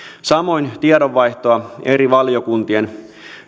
samoin tiedonvaihtoa eri valiokuntien